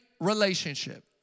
relationship